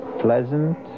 pleasant